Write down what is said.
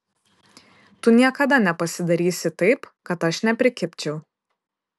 tu niekada nepasidarysi taip kad aš neprikibčiau